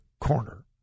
corner